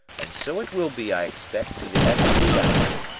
and so it will be, i expect, to the end of the chapter.